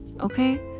Okay